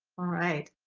alright,